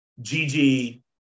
Gigi